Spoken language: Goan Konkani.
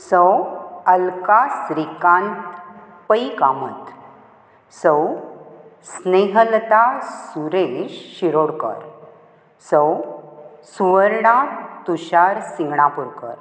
सौ अल्का श्रिकांत पै कामत सौ स्नेहलता सुरेश शिरोडकर सौ सुवर्णा तुशार सिंगणापूरकर